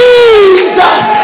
Jesus